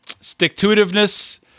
stick-to-itiveness